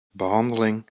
behandeling